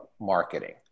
marketing